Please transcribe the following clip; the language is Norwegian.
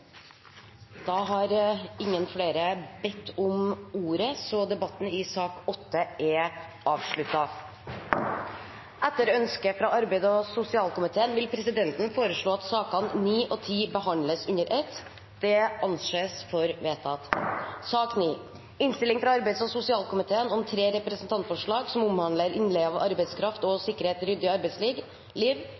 Flere har ikke bedt om ordet til sak nr. 8. Etter ønske fra arbeids- og sosialkomiteen vil presidenten foreslå at sakene nr. 9 og 10 behandles under ett. – Det anses vedtatt. Etter ønske fra arbeids- og sosialkomiteen vil presidenten foreslå at taletiden blir begrenset til 5 minutter til hver partigruppe og